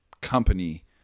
company